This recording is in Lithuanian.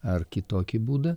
ar kitokį būdą